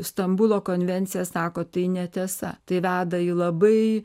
stambulo konvencija sako tai netiesa tai veda į labai